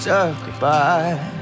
Goodbye